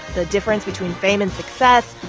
the difference between fame and success,